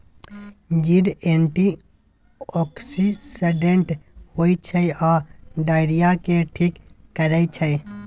जीर एंटीआक्सिडेंट होइ छै आ डायरिया केँ ठीक करै छै